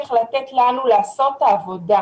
וצריך לתת לנו לעשות את העבודה.